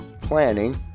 planning